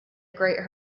great